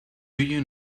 you